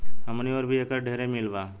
हमनी ओर भी एकर ढेरे मील बा